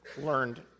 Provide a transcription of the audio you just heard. learned